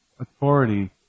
authority